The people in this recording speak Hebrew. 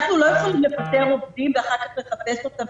אנחנו לא יכולים לפטר עובדים ואחר כך לחפש אותם.